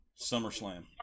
SummerSlam